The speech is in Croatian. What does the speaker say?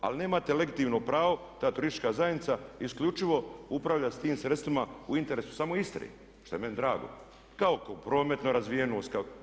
Ali nemate legitimno pravo ta turistička zajednica isključivo upravlja s tim sredstvima u interesu samo Istre, što je meni drago kao prometnu razvijenost.